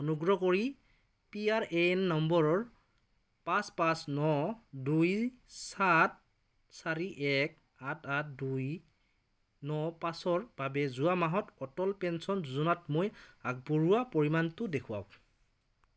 অনুগ্ৰহ কৰি P R A N নম্বৰৰ পাঁচ পাঁচ ন দুই সাত চাৰি এক আঠ আঠ দুই ন পাঁচৰ বাবে যোৱা মাহত অটল পেঞ্চন যোজনাত মই আগবঢ়োৱা পৰিমাণটো দেখুৱাওক